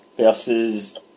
Versus